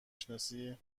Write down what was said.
شناسی